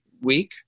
week